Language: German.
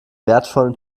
wertvollen